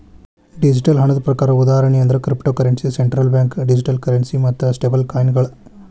digital ಹಣದ ಪ್ರಕಾರ ಉದಾಹರಣಿ ಅಂದ್ರ cryptocurrency, central bank digital currency ಮತ್ತ ಸ್ಟೇಬಲ್ಕಾಯಿನ್ಗಳ